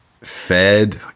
fed